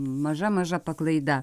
maža maža paklaida